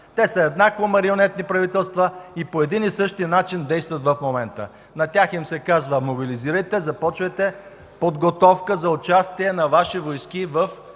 Те са еднакво марионетни правителства и по един и същи начин действат в момента. На тях им се казва: „Мобилизирайте, започвайте подготовка за участие на ваши войски в